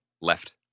left